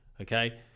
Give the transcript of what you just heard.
Okay